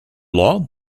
law